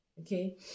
okay